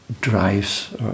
drives